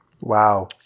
Wow